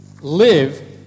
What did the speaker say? live